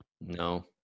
No